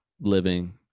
living